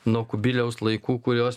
nuo kubiliaus laikų kurios